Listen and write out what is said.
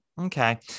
okay